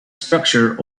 structure